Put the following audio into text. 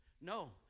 No